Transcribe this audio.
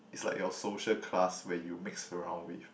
is like your social class where you mix around with